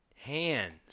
Hands